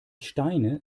steine